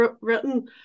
written